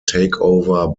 takeover